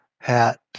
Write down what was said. Hat